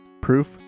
Proof